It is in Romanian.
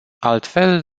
altfel